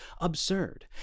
absurd